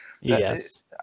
yes